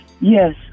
Yes